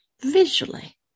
visually